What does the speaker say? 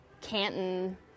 Canton